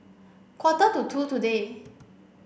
quarter to two today